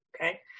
okay